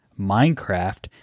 Minecraft